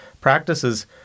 practices